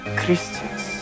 christians